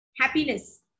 happiness